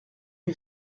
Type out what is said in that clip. lui